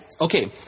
Okay